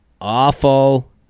Awful